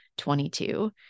22